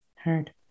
heard